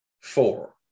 four